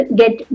get